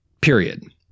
period